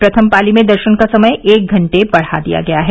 प्रथम पाली में दर्शन का समय एक घंटे बढ़ा दिया गया है